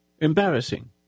embarrassing